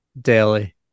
daily